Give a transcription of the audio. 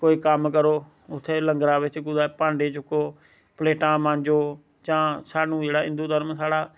कोई कम्म करो उत्थै लंगर बिच्च कुतै भांडे चुक्को प्लेटां मांजो जां स्हानू जेह्ड़ा हिंदू धर्म साढ़ा